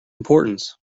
importance